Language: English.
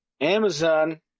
Amazon